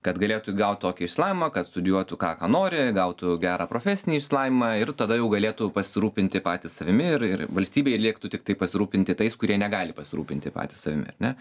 kad galėtų gaut tokį išsilavinimą kad studijuotų ką ką nori gautų gerą profesinį išsilavinimą ir tada jau galėtų pasirūpinti patys savimi ir ir valstybei liktų tiktai pasirūpinti tais kurie negali pasirūpinti patys savimi ar ne